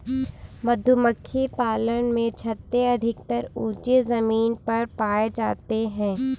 मधुमक्खी पालन में छत्ते अधिकतर ऊँची जमीन पर पाए जाते हैं